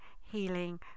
healing